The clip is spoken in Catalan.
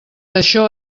això